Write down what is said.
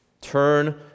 Turn